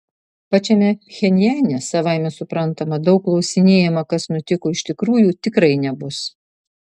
pačiame pchenjane savaime suprantama daug klausinėjama kas nutiko iš tikrųjų tikrai nebus